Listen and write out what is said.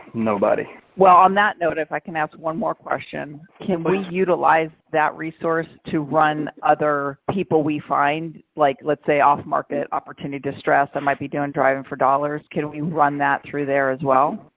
nobody well on that note, if i can ask one more question, can we utilize that resource to run other people we find like let's say off market opportunity to stress that might be doing driving for dollars. can we run that there as well,